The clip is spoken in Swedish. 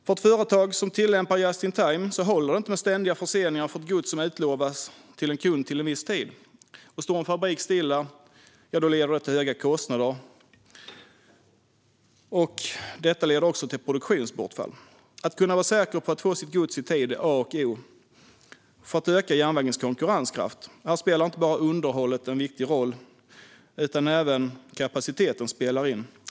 För ett företag som tillämpar just-in-time håller det inte med ständiga förseningar för ett gods som utlovats till en kund en viss tid. Och om en fabrik står stilla leder det till höga kostnader och produktionsbortfall. För att vi ska öka järnvägens konkurrenskraft är det A och O att man kan vara säker på att få sitt gods i tid. Här spelar inte bara underhållet en viktig roll. Även kapaciteten spelar in.